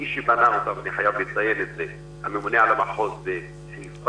מי שבנה את זה הממונה על מחוז חיפה,